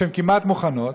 שהן כמעט מוכנות,